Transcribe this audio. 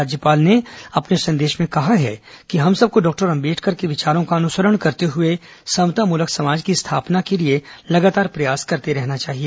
राज्यपाल ने अपने संदेश में कहा है कि हम सबको डॉक्टर अंबेडकर के विचारों का अनुसरण करते हुए समतामूलक समाज की स्थापना करने के लिए लगातार प्रयासरत रहना चाहिए